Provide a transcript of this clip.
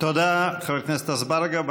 תודה, חבר הכנסת אזברגה.